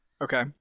Okay